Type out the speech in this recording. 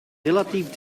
relatief